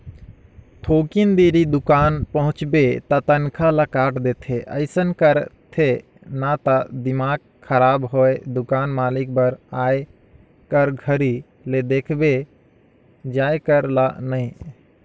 थोकिन देरी दुकान पहुंचबे त तनखा ल काट देथे अइसन करथे न त दिमाक खराब होय दुकान मालिक बर आए कर घरी ले देखथे जाये कर ल नइ